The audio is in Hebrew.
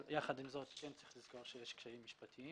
אבל יחד עם זאת כן צריך לזכור שיש קשיים משפטיים.